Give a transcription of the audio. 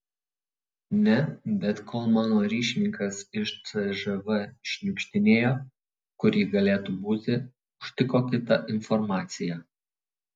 ne bet kol mano ryšininkas iš cžv šniukštinėjo kur ji galėtų būti užtiko kitą informaciją